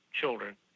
children